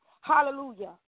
hallelujah